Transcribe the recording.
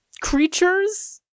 creatures